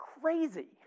crazy